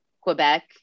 quebec